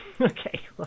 Okay